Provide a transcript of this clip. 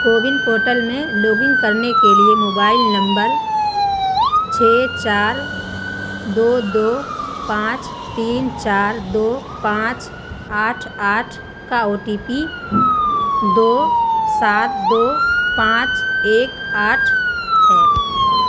CoWIN portal میں login کرنے کے لیے موبائل نمبر چھ چار دو دو پانچ تین چار دو پانچ آٹھ آٹھ کا او ٹی پی دو سات دو پانچ ایک آٹھ ہے